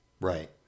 right